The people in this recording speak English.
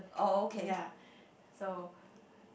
ya so